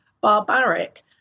barbaric